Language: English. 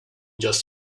just